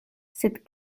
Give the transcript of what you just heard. sed